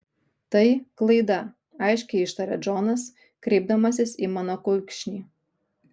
tai klaida aiškiai ištaria džonas kreipdamasis į mano kulkšnį